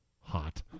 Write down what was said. hot